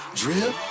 drip